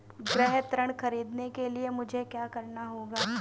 गृह ऋण ख़रीदने के लिए मुझे क्या करना होगा?